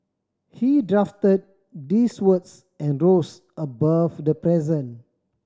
he drafted these words and rose above the present